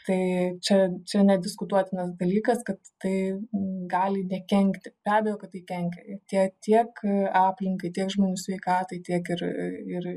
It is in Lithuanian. tai čia čia nediskutuotinas dalykas kad tai gali nekenkti be abejo kad tai kenkia tie tiek aplinkai tiek žmonių sveikatai tiek ir ir